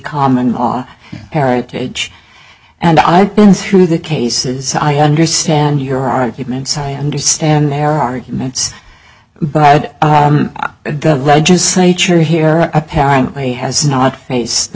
common law heritage and i've been through the cases i understand your argument scientists and their arguments but the legislature here apparently has not faced the